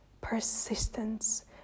persistence